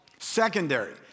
Secondary